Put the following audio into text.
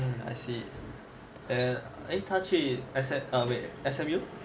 mm I see and eh 他去 S_M~ wait S_M_U